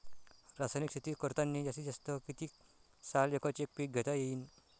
रासायनिक शेती करतांनी जास्तीत जास्त कितीक साल एकच एक पीक घेता येईन?